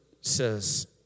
says